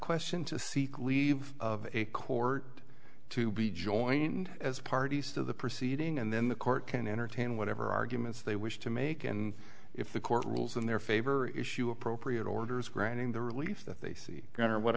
question to seek leave of a court to be joined as parties to the proceeding and then the court can entertain whatever arguments they wish to make and if the court rules in their favor issue appropriate orders granting the relief that they see